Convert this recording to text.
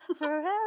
Forever